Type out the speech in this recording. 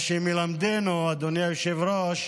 מה שמלמדנו, אדוני היושב-ראש,